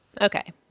Okay